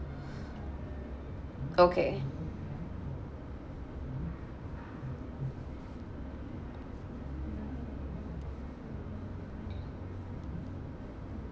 okay